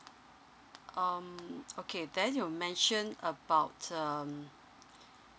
um okay then you mention about um